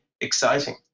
exciting